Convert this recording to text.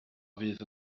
fydd